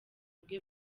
bwe